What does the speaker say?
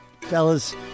fellas